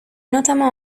notamment